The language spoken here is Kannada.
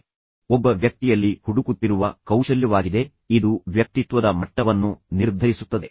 ಇದು ಪ್ರತಿಯೊಬ್ಬರೂ ಒಬ್ಬ ವ್ಯಕ್ತಿಯಲ್ಲಿ ಹುಡುಕುತ್ತಿರುವ ಒಂದು ಕೌಶಲ್ಯವಾಗಿದೆ ಮತ್ತು ಇದು ನಿಮ್ಮ ವ್ಯಕ್ತಿತ್ವದ ಮಟ್ಟವನ್ನು ನಿರ್ಧರಿಸುತ್ತದೆ